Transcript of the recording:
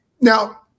Now